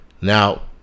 now